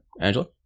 Angela